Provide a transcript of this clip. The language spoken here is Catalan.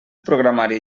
programari